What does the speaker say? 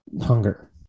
hunger